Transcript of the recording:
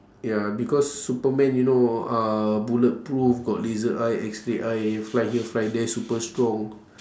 ya because superman you know uh bulletproof got laser eye x-ray eye fly here fly there super strong